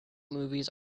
movies